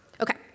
Okay